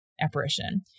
apparition